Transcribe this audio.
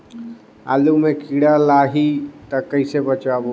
आलू मां कीड़ा लाही ता कइसे बचाबो?